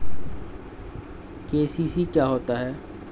KCC क्या होता है?